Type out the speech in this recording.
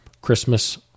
Christmas